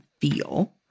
feel